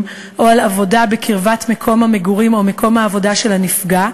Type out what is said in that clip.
או על עבודה בקרבת מקום המגורים או מקום העבודה של הנפגע,